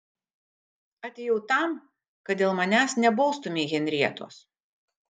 atėjau tam kad dėl manęs nebaustumei henrietos